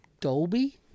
Dolby